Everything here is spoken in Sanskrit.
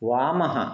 वामः